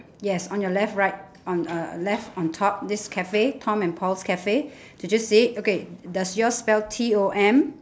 yes on you left right on uh left on top this cafe tom and paul's cafe did you see it okay does yours spell T O M